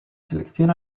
selección